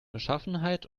beschaffenheit